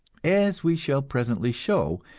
as we shall presently show,